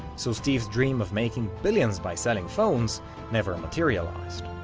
so steve's dream of making billions by selling phones never materialized.